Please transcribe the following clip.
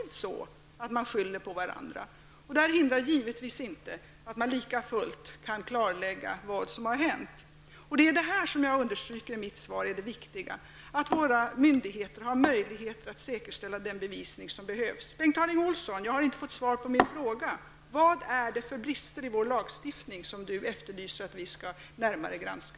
Detta hindrar givetvis inte att man kan klarlägga vad som har hänt. Jag understryker i mitt svar att det viktiga är att våra myndigheter har möjlighet att säkerställa den bevisning som behövs. Bengt Harding Olson, jag har inte fått svar på min fråga: Vad är det för brister i vår lagstiftning som Bengt Harding Olson efterlyser att vi närmare skall granska.